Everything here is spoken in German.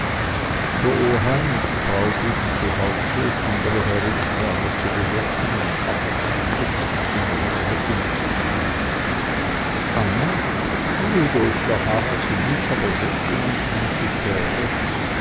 der oheim und die frau blieben zu hause um andere herumschwärmer zu bewirten und abwechselnd etwa sich in der nähe umzusehen anna rudolf der harras und ich aber setzten uns nun zu pferde